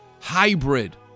hybrid